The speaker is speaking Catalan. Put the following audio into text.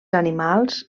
animals